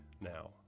now